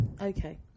okay